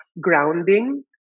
grounding